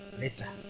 later